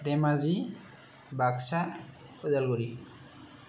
Dhemaji Baksa Udalguri